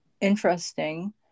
interesting